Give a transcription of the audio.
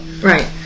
right